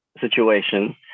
situation